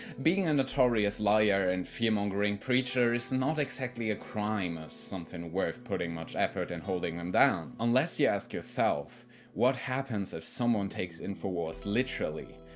being a notorious liar and fear-mongering preacher is not exactly a crime or something worth putting much effort in holding them down. unless you ask yourself what happens if someone takes infowars literally?